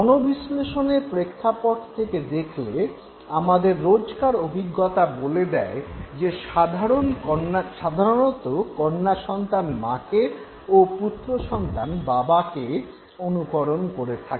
মনোবিশ্লেষণের প্রেক্ষাপট থেকে দেখলে আমাদের রোজকার অভিজ্ঞতা বলে দেয় যে সাধারণত কন্যাসন্তান মাকে ও পুত্রসন্তান বাবাকে অনুকরণ করে থাকে